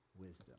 Wisdom